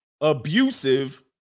abusive